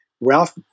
Ralph